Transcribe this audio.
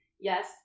yes